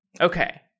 Okay